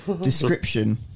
Description